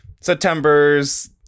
September's